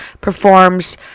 performs